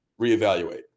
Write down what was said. reevaluate